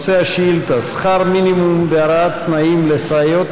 נושא השאילתה: שכר מינימום והרעת תנאים לסייעות